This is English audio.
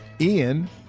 Ian